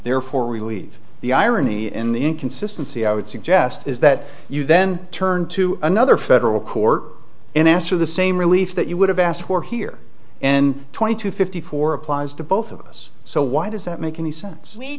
therefore we believe the irony in the inconsistency i would suggest is that you then turn to another federal court and ask for the same relief that you would have asked for here and twenty two fifty four applies to both of us so why does that make any sense we